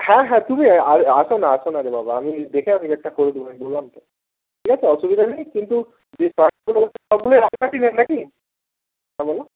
হ্যাঁ হ্যাঁ তুমি আসো না আসো না রে বাবা আমি দেখে আমি রেটটা করে দেবো আমি বললাম তো ঠিক আছে অসুবিধা নেই কিন্তু যে চার্টগুলো আছে সবগুলোই রায় মার্টিনের না কি হ্যালো